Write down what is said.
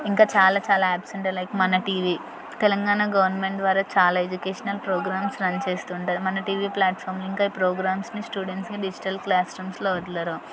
ఇంకా చాలా చాలా యాప్స్ ఉండే లైక్ మన టీవీ తెలంగాణ గవర్నమెంట్ ద్వారా చాలా ఎడ్యుకేషనల్ ప్రోగ్రామ్స్ రన్ చేస్తుంటుంది మన టీవీ ఫ్లాట్ఫామ్లో ఇంకా ప్రోగ్రామ్స్ని స్టూడెంట్స్ని డిజిటల్ క్లాస్ రూమ్స్లో వదలరు